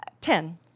Ten